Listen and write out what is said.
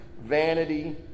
vanity